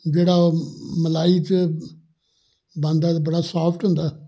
ਜਿਹੜਾ ਉਹ ਮਲਾਈ 'ਚ ਬਣਦਾ ਬੜਾ ਸੋਫਟ ਹੁੰਦਾ